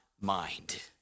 mind